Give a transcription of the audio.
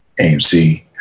AMC